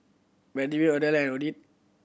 Benjman Odile and Ottie